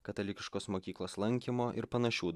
katalikiškos mokyklos lankymo ir panašių